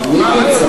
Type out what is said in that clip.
מיקי,